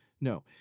No